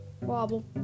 wobble